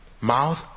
mouth